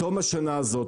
בתום השנה הזאת,